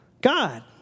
God